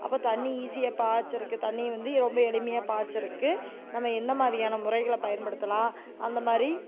அப்போ தண்ணி ஈஸியாக பாய்ச்சுறக்கு தண்ணியை வந்து ரொம்ப எளிமையாக பாய்ச்சுறக்கு நம்ம என்னமாதிரியான முறைகளை பயன்படுத்தலாம் அந்தமாதிரி